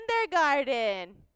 kindergarten